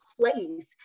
place